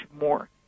more